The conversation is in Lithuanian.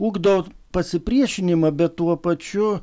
ugdo pasipriešinimą bet tuo pačiu